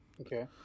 Okay